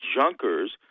junkers